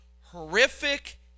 Horrific